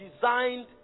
designed